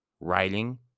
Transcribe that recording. writing